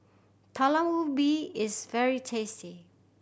Talam Ubi is very tasty